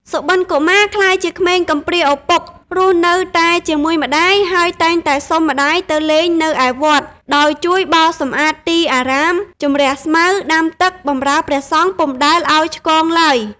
សុបិនកុមារក្លាយជាក្មេងកំព្រាឪពុក រស់នៅតែជាមួយម្តាយ ហើយ តែងតែសុំម្តាយទៅលេងនៅឯវត្ត ដោយជួយបោសសំអាតទីអារាម ជម្រះស្មៅ ដាំទឹក បម្រើព្រះសង្ឃពុំដែលឱ្យឆ្គងឡើយ ។